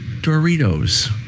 Doritos